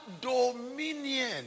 dominion